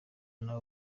nabi